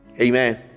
Amen